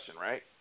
right